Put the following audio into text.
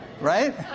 Right